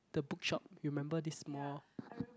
the book shop you remember this mall